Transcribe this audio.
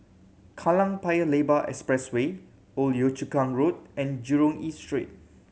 Kallang Paya Lebar Expressway Old Yio Chu Kang Road and Jurong East Street